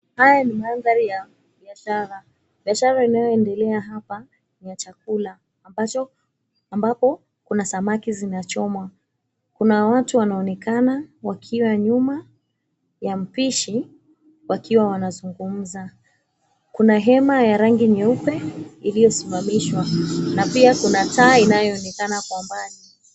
Haya ni mandhari ya biashara. Biashara inayoendelea hapa ni ya chakula, ambapo kuna samaki zinachomwa. Kuna watu wanaonekana wakiwa nyuma ya mpishi wakiwa wanazungumza. Kuna hema ya rangi nyeupe iliyosimamishwa, na pia kuna taa inayoonekana kwa mbali.